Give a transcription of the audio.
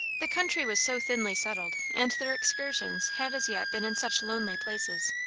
the country was so thinly settled, and their excursions had as yet been in such lonely places,